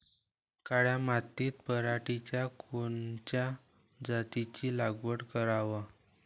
काळ्या मातीत पराटीच्या कोनच्या जातीची लागवड कराव?